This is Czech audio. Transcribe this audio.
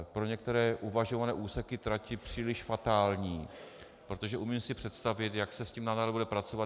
Pro některé uvažované úseky trati příliš fatální, protože umím si představit, jak se s tím nadále bude pracovat.